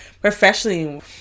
professionally